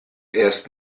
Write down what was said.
erst